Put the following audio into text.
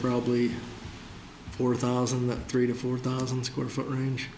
probably four thousand three to four thousand square foot range